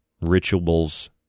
rituals